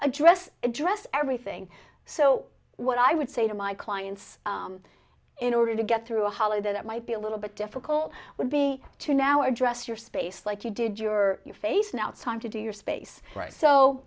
address address everything so what i would say to my clients in order to get through a holiday that might be a little bit difficult would be to now address your space like you did your your face now it's time to do your space